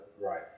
Right